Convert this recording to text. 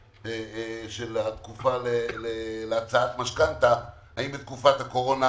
התקופה להצעת משכנתה, האם בתקופת הקורונה